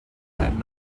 had